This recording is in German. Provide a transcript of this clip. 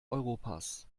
europas